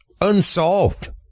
unsolved